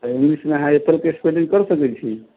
English मे अहाँ apple के स्पेलिन्ग कहि सकै छी